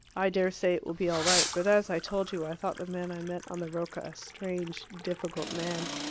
i dare say it will be all right. but, as i told you, i thought the man i met on the rocca a strange, difficult man.